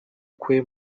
kwe